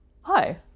Hi